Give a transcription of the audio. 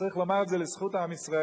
צריך לומר את זה לזכות עם ישראל,